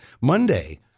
Monday